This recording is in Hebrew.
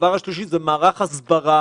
הדבר השלישי זה מערך הסברה